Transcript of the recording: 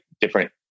different